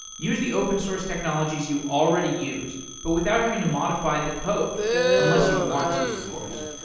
use the open source technologies you already use but without having to modify the code unless you want to of course.